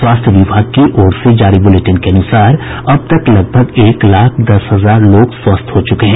स्वास्थ्य विभाग की ओर से जारी बुलेटिन के अनुसार अब तक लगभग एक लाख दस हजार लोग स्वस्थ हो चुके हैं